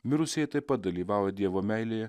mirusieji taip pat dalyvavo dievo meilėje